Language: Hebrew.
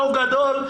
לא גדול,